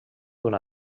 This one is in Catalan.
una